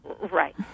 Right